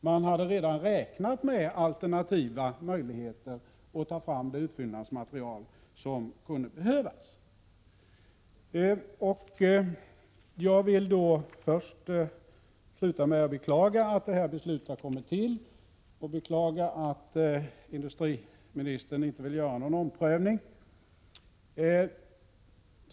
Man hade redan räknat med alternativa möjligheter att ta fram det utfyllnadsmaterial som kunde behövas. Jag vill sluta med att beklaga att detta beslut har fattats och beklaga att industriministern inte vill göra någon omprövning.